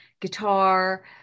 guitar